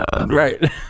Right